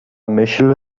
myśl